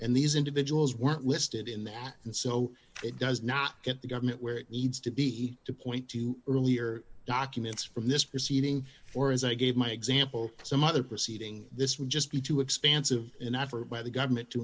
and these individuals weren't listed in that and so it does not get the government where it needs to be to point to earlier documents from this proceeding or as i gave my example some other proceeding this would just be too expansive an effort by the government to